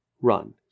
run